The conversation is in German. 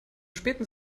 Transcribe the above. späten